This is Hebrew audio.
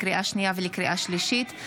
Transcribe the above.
לקריאה שנייה וקריאה שלישית,